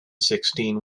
sixteen